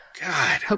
God